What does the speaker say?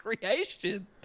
creation